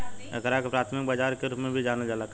एकरा के प्राथमिक बाजार के रूप में भी जानल जाला